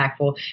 impactful